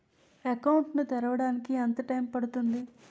Account ను తెరవడానికి ఎంత టైమ్ పడుతుంది?